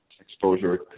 exposure